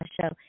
show